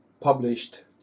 published